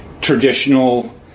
traditional